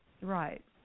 right